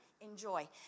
enjoy